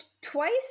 twice